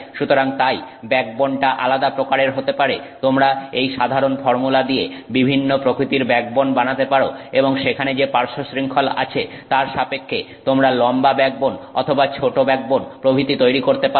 সুতরাং তাই ব্যাকবোনটা আলাদা প্রকারের হতে পারে তোমরা এই সাধারণ ফর্মুলা দিয়ে বিভিন্ন প্রকৃতির ব্যাকবোন বানাতে পারো এবং সেখানে যে পার্শ্বশৃংখল আছে তার সাপেক্ষে তোমরা লম্বা ব্যাকবোন অথবা ছোট ব্যাকবোন প্রভৃতি তৈরি করতে পারো